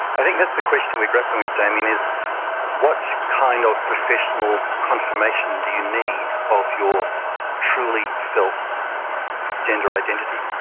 i think that's the question we're grappling with, damien, is what kind of professional confirmation do you need of your truly felt gender identity.